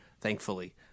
thankfully